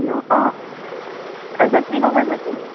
hello অঁ গগৈ কৈছা নি